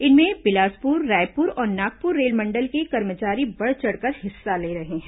इनमें बिलासपुर रायपुर और नागपुर रेलमंडल के कर्मचारी बढ़ चढ़कर हिस्सा ले रहे हैं